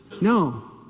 No